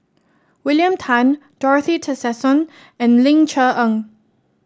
William Tan Dorothy Tessensohn and Ling Cher Eng